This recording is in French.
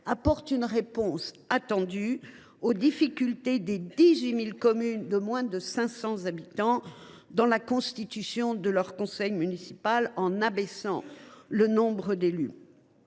apporte une réponse attendue aux difficultés des 18 000 communes de moins de 500 habitants dans la constitution de leur conseil municipal, en abaissant le nombre d’élus.